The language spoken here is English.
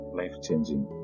life-changing